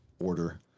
order